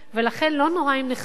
ולכן לא נורא אם נחייב.